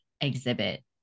exhibit